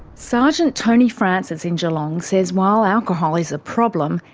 sergeant tony francis in geelong says while alcohol is a problem,